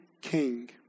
King